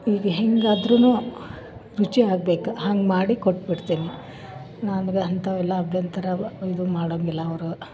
ಈಗ ಹೇಗಾದರೂ ರುಚಿ ಆಗ್ಬೇಕು ಹಂಗೆ ಮಾಡಿ ಕೊಟ್ಬಿಡ್ತೀನಿ ನನಗೆ ಅಂಥವೆಲ್ಲ ಅಭ್ಯಂತರ ಅವ ಇದು ಮಾಡೋಂಗಿಲ್ಲ ಅವರು